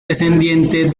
descendiente